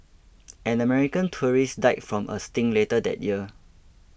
an American tourist died from a sting later that year